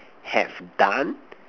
have done